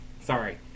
sorry